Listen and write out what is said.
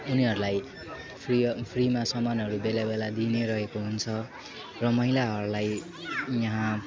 उनीहरूलाई फ्री अ फ्रीमा सामानहरू बेला बेला दिइ नै रहेको हुन्छ र महिलाहरूलाई यहाँ